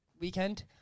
weekend